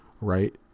right